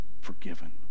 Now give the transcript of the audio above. forgiven